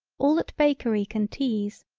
all that bakery can tease,